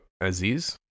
Aziz